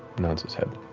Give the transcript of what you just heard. nods his head.